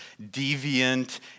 deviant